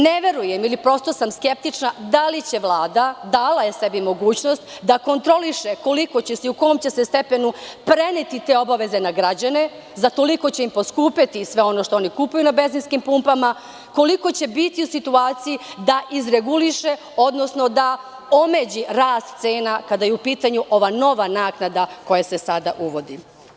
Ne verujem ili prosto sam skeptična da li će Vlada, dala je sada mogućnost, da kontroliše koliko će se i u kom će se stepenu preneti te obaveze na građane, za koliko će im poskupeti sve ono što oni kupuju na benzinskim pumpama, koliko će biti u situaciji da izreguliše odnosno da omeđi rast cena kada je u pitanju nova naknada koja se sada uvodi.